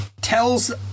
tells